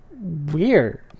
weird